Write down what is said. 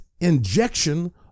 injection